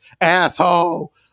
asshole